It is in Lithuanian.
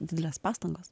didelės pastangos